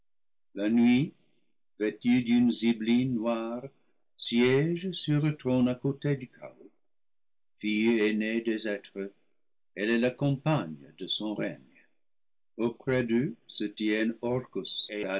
la nuit vêtue d'une zibeline noire siège sur le trône à côté du chaos fille ainée des êtres elle est la compagne de son règne auprès d'eux se tiennent orcus